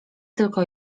tylko